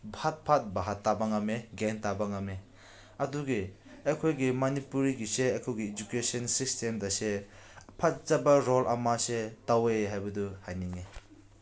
ꯐꯠ ꯐꯠ ꯚꯥꯞ ꯇꯥꯕ ꯉꯝꯃꯦ ꯒ꯭ꯌꯥꯟ ꯇꯥꯕ ꯉꯝꯃꯦ ꯑꯗꯨꯒꯤ ꯑꯩꯈꯣꯏꯒꯤ ꯃꯅꯤꯄꯨꯔꯤꯒꯤꯁꯦ ꯑꯩꯈꯣꯏꯒꯤ ꯏꯖꯨꯀꯦꯁꯟ ꯁꯤꯁꯇꯦꯝ ꯑꯁꯦ ꯐꯖꯕ ꯔꯣꯜ ꯑꯃꯁꯦ ꯇꯧꯋꯦ ꯍꯥꯏꯕꯗꯨ ꯍꯥꯏꯅꯤꯡꯉꯦ